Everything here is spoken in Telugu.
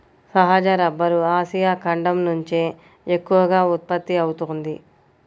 సహజ రబ్బరు ఆసియా ఖండం నుంచే ఎక్కువగా ఉత్పత్తి అవుతోంది